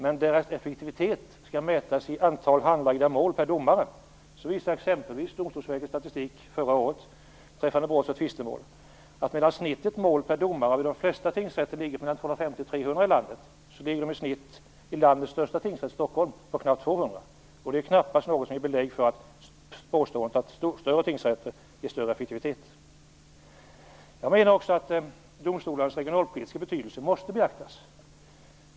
Om deras effektivitet skall mätas i antalet handlagda mål per domare visar exempelvis Domstolsverkets statistik förra året beträffande brottmål och tvistemål att medan snittet mål per domare på de flesta tingsrätter ligger på 250-300 i landet ligger de i snitt i landets största tingsrätt i Stockholm på knappt 200. Det är knappast något som ger belägg för påståendet att större tingsrätter ger större effektivitet. Jag menar också att domstolarnas regionalpolitiska betydelse måste beaktas.